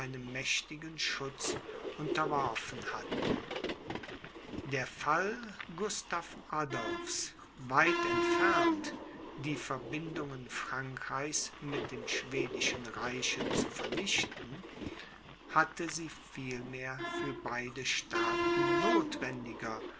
mächtigen schutz unterworfen hatten der fall gustav adolphs weit entfernt die verbindungen frankreichs mit dem schwedischen reiche zu vernichten hatte sie vielmehr für beide staaten notwendiger